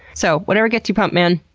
so, whatever gets you pumped, man!